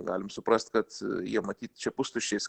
galim suprast kad jie matyt čia pustuščiais